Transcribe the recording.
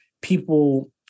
people